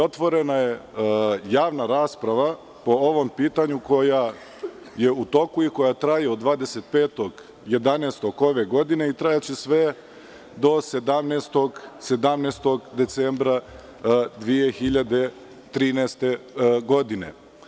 Otvorena je javna rasprava po ovom pitanju koja je u toku i koja traje od 25. novembra ove godine i trajaće sve do 17. decembra 2013. godine.